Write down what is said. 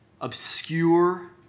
obscure